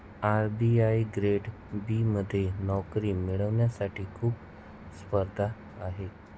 RBI grade B मध्ये नोकरी मिळवण्यासाठी खूप स्पर्धा आहे